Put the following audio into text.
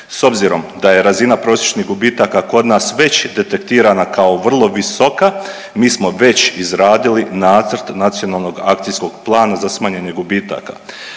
S obzirom da je razina prosječnih gubitaka kod nas već detektirana kao vrlo visoka, mi smo već izradili nacrt nacionalnog akcijskog plana za smanjenje gubitaka.